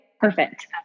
Perfect